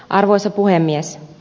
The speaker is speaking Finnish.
arvoisa puhemies